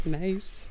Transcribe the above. nice